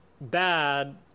bad